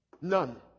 None